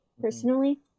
personally